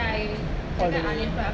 all the way